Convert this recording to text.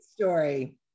story